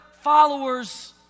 followers